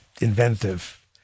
inventive